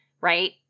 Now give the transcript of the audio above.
right